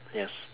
yes